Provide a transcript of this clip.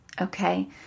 Okay